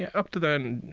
yeah up to then,